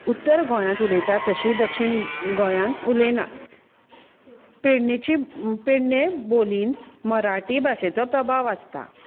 उत्तर गोंयांत उलयतात तशी दक्षीण गोंयांत उलयनात पेडणेची पेडणे बोलीन मराठी भाशेचो प्रभाव आसता